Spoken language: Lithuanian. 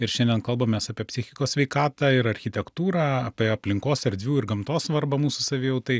ir šiandien kalbamės apie psichikos sveikatą ir architektūrą apie aplinkos erdvių ir gamtos svarbą mūsų savijautai